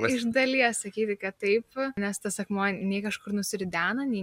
iš dalies sakyti kad taip nes tas akmuo nei kažkur nusiridena nei